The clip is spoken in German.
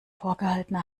vorgehaltener